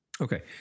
Okay